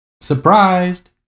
Surprised